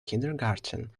kindergarten